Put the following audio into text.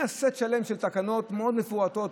היה סט שלם של תקנות מאוד מפורטות,